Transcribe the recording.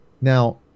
Now